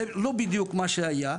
שזה לא בדיוק מה שהיה,